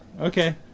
Okay